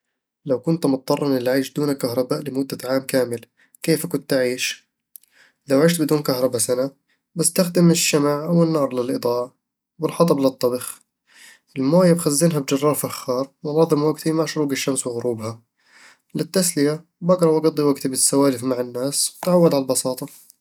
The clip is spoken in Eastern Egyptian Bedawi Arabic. لو كنتَ مضطرًا للعيش دون كهرباء لمدة عام كامل، كيف كنت تعيش؟ لو عشت بدون كهرباء سنة، بأستخدم الشمع أو النار للإضاءة، والحطب للطبخ الموية بخزنها بجرار فخار، وأنظم وقتي مع شروق الشمس وغروبها للتسلية، بأقرأ وأقضي وقتي بالسوالف مع الناس وأتعود على البساطة